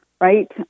Right